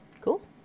cool